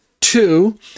two